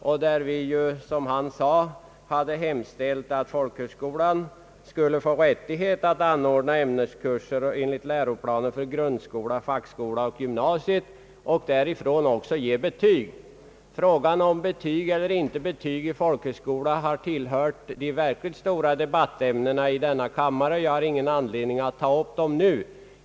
I motionen hemställer vi att folkhögskolan skulle få rätt att anordna ämneskurser enligt läroplanen för grundskolan, fackskolan och gymnasiet och därifrån också ge betyg. Frågan om betyg eller inte betyg i folkhögskolorna har tillhört de stora debattämnena i denna kammare, och jag har ingen anledning att ta upp den debatten nu.